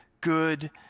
good